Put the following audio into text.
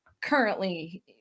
currently